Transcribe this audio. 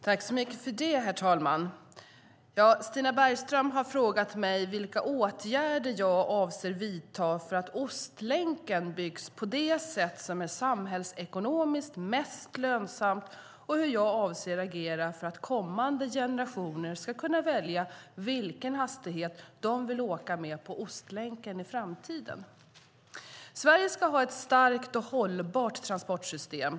Herr talman! Stina Bergström har frågat mig vilka åtgärder jag avser att vidta för att Ostlänken byggs på det sätt som är samhällsekonomiskt mest lönsamt och hur jag avser att agera för att kommande generationer ska kunna välja vilken hastighet de vill åka med på Ostlänken i framtiden. Sverige ska ha ett starkt och hållbart transportsystem.